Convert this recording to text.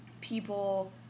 people